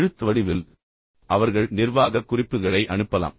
எழுத்து வடிவில் அவர்கள் நிர்வாக குறிப்புகளை அனுப்பலாம்